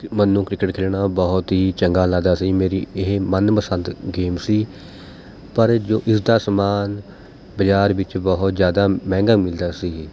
ਮੈਨੂੰ ਕ੍ਰਿਕਟ ਖੇਡਣਾ ਬਹੁਤ ਹੀ ਚੰਗਾ ਲੱਗਦਾ ਸੀ ਮੇਰੀ ਇਹ ਮਨਪਸੰਦ ਗੇਮ ਸੀ ਪਰ ਜੋ ਇਸ ਦਾ ਸਮਾਨ ਬਜ਼ਾਰ ਵਿੱਚ ਬਹੁਤ ਜ਼ਿਆਦਾ ਮਹਿੰਗਾ ਮਿਲਦਾ ਸੀ